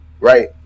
right